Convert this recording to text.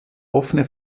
offene